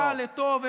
רע לטוב,